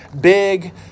big